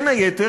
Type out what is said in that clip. בין היתר,